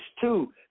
two